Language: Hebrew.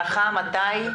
מתי?